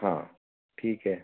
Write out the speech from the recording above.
हाँ ठीक है